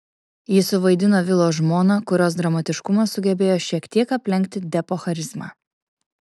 ji suvaidino vilo žmoną kurios dramatiškumas sugebėjo šiek tiek aplenkti depo charizmą